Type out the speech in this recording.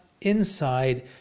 inside